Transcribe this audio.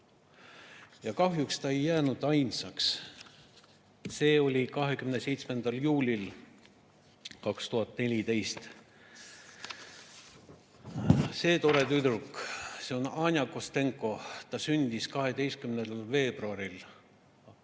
Kahjuks ei jäänud ta ainsaks. See oli 27. juulil 2014. See tore tüdruk on Anja Kostenko. Ta sündis 12. veebruaril 2012.